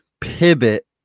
pivot